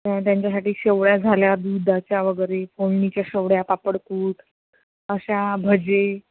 त्यांच्यासाठी शेवळ्या झाल्या दुधाच्या वगैरे फोडणीच्या शेवळ्या पापडकुट अशा भजे